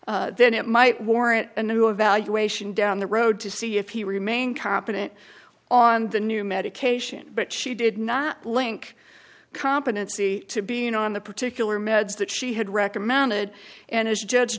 drugs then it might warrant a new evaluation down the road to see if he remained competent on the new medication but she did not link competency to being on the particular meds that she had recommended and as judge